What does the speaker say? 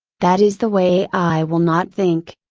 that is the way i will not think!